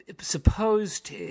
supposed